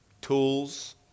tools